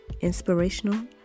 Inspirational